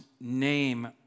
name